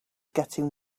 getting